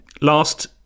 Last